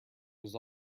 was